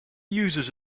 users